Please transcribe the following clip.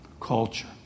Culture